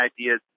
ideas